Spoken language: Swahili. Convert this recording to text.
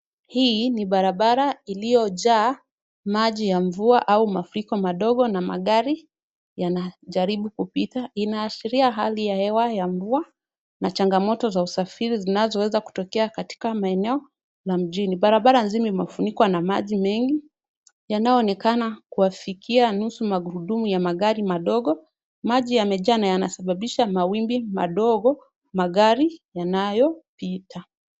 Hii ni barabara iliyojaa maji ya mvua au mafuriko madogo na magari yanajaribu kupita. Inaashiria hali ya hewa ya mvua na changamoto za usafiri zinazoweza kutokea katika maeneo ya mjini. Barabara nzima imefunikwa na maji mengi yanayoonekana kuwafikia nusu magurudumu ya magari madogo. Maji yamejaa na yanasababisha mawimbi madogo magari yanayopita.